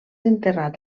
enterrat